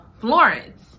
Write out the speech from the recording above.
florence